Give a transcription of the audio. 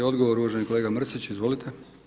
Odgovor uvaženi kolega Mrsić, izvolite.